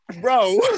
Bro